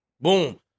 Boom